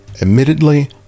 Admittedly